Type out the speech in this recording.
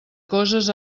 coses